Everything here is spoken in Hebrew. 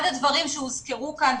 אחד הדברים שהוזכרו כאן,